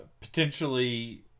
potentially